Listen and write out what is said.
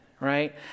right